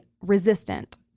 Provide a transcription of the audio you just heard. resistant